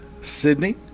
Sydney